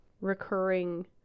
recurring